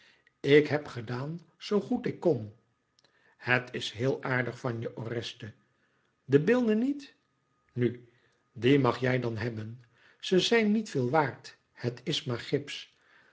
ik heb gedaan zoo goed ik kon het is heel aardig van je oreste de beelden niet nu die mag jij dan hebben ze zijn niet veel waard het is maar gips